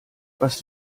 was